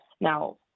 Now